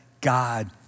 God